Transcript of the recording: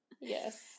Yes